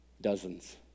Dozens